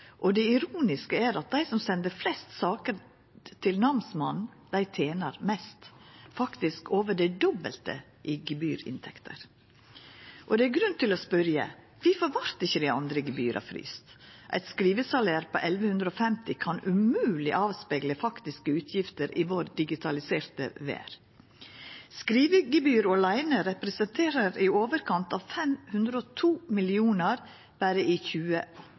Det ironiske er at dei som sender flest saker til namsmannen, tener mest, faktisk over det dobbelte i gebyrinntekter. Det er grunn til å spørja: Kvifor vart ikkje dei andre gebyra fryste? Eit skrivesalær på 1 150 kr kan umogleg avspegla faktiske utgifter i vår digitaliserte verd. Berre i 2018 representerte skrivegebyret åleine i overkant av 502 mill. kr i